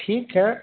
ठीक है